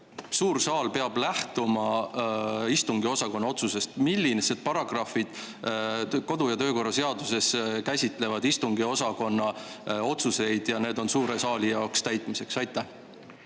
suur saal peab lähtuma istungiosakonna otsusest? Millised paragrahvid kodu‑ ja töökorra seaduses käsitlevad istungiosakonna otsuseid, mis on suure saali jaoks täitmiseks? Aitäh,